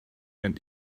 and